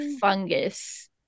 fungus